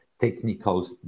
Technical